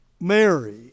Mary